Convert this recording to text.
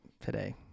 today